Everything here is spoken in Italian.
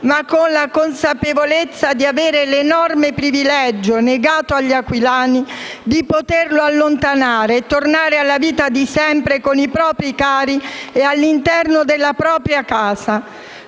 ma con la consapevolezza di avere l'enorme privilegio negato agli aquilani di poterlo allontanare e tornare alla vita di sempre con i propri cari e all'interno della propria casa.